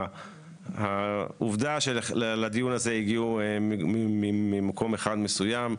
העובדה שלדיון הזה הגיעו ממקום אחד מסוים,